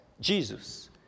Jesus